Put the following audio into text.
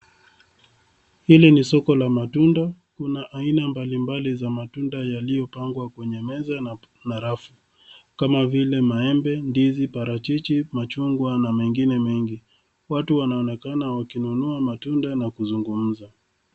Hili ni soko la matunda. Kuna aina mbalimbali za matunda yaliyopangwa kwenye meza na rafu, kama vile maembe, ndizi, parachichi, machungwa na mengine mengi. Watu wanaonekana wakinunua matunda na kuzungumza.